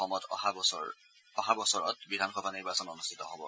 অসমত অহা বছৰত বিধানসভা নিৰ্বাচন অনুষ্ঠিত হ'ব